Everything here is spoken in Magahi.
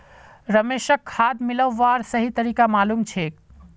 रमेशक खाद मिलव्वार सही तरीका मालूम छेक